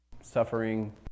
suffering